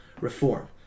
reform